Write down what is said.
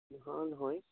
নোহোৱা নহয়